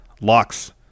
Locks